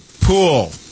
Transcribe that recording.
pool